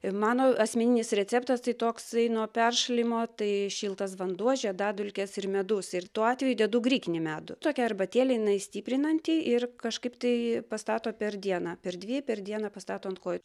mano asmeninis receptas tai toksai nuo peršalimo tai šiltas vanduo žiedadulkės ir medus ir tuo atveju dedu grikinį medų tokia arbatėlė jinai stiprinanti ir kažkaip tai pastato per dieną per dvi per dieną pastato ant kojų